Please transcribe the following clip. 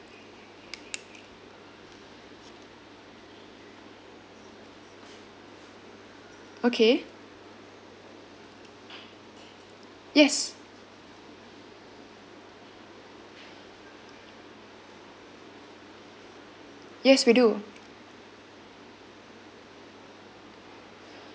okay yes yes we do